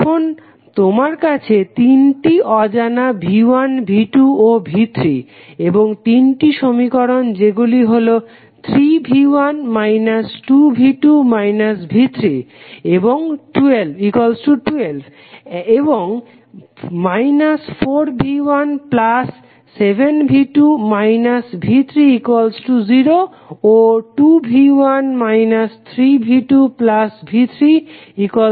এখন তোমার কাছে তিনটি অজানা V1V2 ও V3 এবং তিনটি সমীকরণ যেগুলি হলো 3V1 2V2 V312 and 4V17V2 V30 ও 2V1 3V2V30